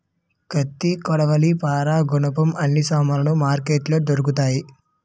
కత్తి కొడవలి పారా గునపం అన్ని సామానులు మార్కెట్లో దొరుకుతాయి